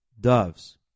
Doves